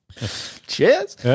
cheers